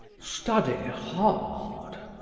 study hard.